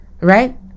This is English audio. right